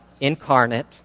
incarnate